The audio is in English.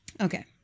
Okay